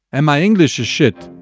and my english is shit.